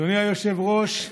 אדוני היושב-ראש,